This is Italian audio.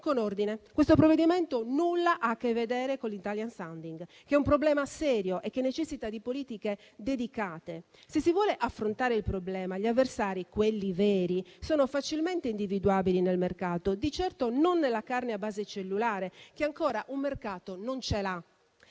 in discussione non ha nulla a che vedere con l'*italian sounding,* che è un problema serio e che necessita di politiche dedicate. Se si vuole affrontare il problema, gli avversari (quelli veri) sono facilmente individuabili nel mercato, di certo non nella carne a base cellulare, che un mercato ancora non ce l'ha.